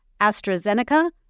AstraZeneca